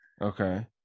Okay